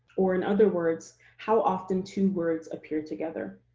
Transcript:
or in other words, how often two words appear together.